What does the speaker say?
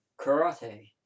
karate